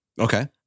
okay